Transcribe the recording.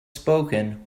spoken